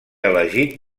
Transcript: elegit